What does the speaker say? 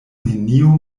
neniu